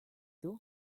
doo